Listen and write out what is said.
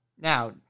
Now